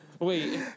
Wait